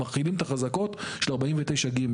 מחילים את החזקות של 49(ג),